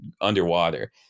underwater